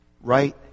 Right